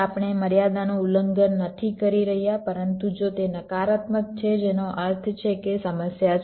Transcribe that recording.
આપણે મર્યાદાનું ઉલ્લંઘન નથી કરી રહ્યા પરંતુ જો તે નકારાત્મક છે જેનો અર્થ છે કે સમસ્યા છે